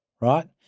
right